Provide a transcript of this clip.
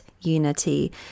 unity